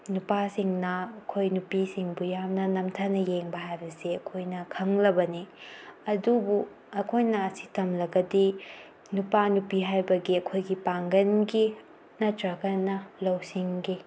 ꯅꯨꯄꯥꯁꯤꯡꯅ ꯑꯩꯈꯣꯏ ꯅꯨꯄꯤꯁꯤꯡꯕꯨ ꯌꯥꯝꯅ ꯅꯝꯊꯅ ꯌꯦꯡꯕ ꯍꯥꯏꯕꯁꯦ ꯑꯩꯈꯣꯏꯅ ꯈꯪꯂꯕꯅꯤ ꯑꯗꯨꯕꯨ ꯑꯩꯈꯣꯏꯅ ꯑꯁꯤ ꯇꯝꯂꯒꯗꯤ ꯅꯨꯄꯥ ꯅꯨꯄꯤ ꯍꯥꯏꯕꯒꯤ ꯑꯩꯈꯣꯏꯒꯤ ꯄꯥꯡꯒꯜꯒꯤ ꯅꯠꯇ꯭ꯔꯒꯅ ꯂꯧꯁꯤꯡꯒꯤ